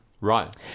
Right